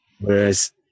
Whereas